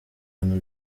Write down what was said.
bintu